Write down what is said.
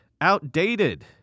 Outdated